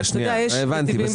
הבנתי.